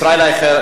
ישראל אייכלר,